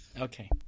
Okay